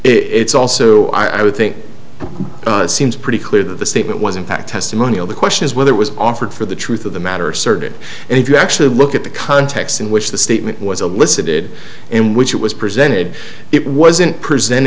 it's also i would think it seems pretty clear that the statement was in fact testimonial the question is whether it was offered for the truth of the matter asserted and if you actually look at the context in which the statement was a listen did in which it was presented it wasn't present